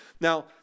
Now